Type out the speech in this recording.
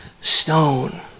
stone